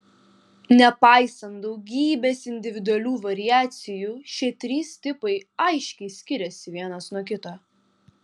nepaisant daugybės individualių variacijų šie trys tipai aiškiai skiriasi vienas nuo kito